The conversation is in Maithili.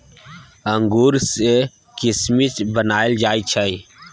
अंगूर सँ किसमिस बनाएल जाइ छै